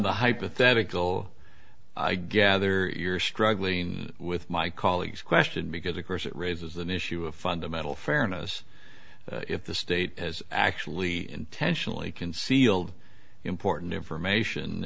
the hypothetical i gather you're struggling with my colleagues question because of course it raises an issue of fundamental fairness if the state as actually intentionally concealed important information